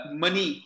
Money